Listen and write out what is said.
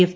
F